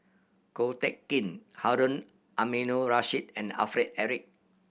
Ko Teck Kin Harun Aminurrashid and Alfred Eric